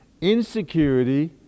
insecurity